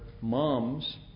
moms